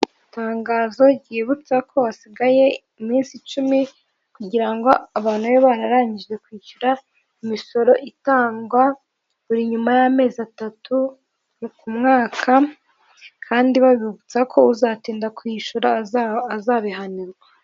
Itangazo ryibutsa ko hasigaye iminsi icumi kugira ngo abantu be bararangije kwishyura imisoro itangwa buri nyuma y'amezi atatu ku mwaka, kandi babibutsa ko uzatinda kwishyura azabihanirwa.